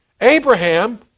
Abraham